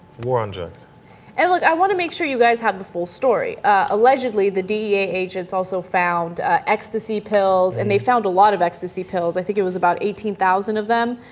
oranges and like i want to make sure you guys have the full story ah. allegedly the d e a agents also found ah. ecstasy pills and they found a lot of ecstasy pills i think it was about eighteen thousand of them